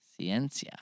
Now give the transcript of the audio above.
Ciencia